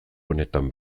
honetan